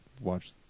watch